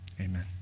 amen